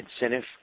incentive